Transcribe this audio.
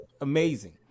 amazing